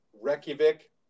Reykjavik